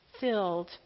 filled